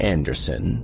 Anderson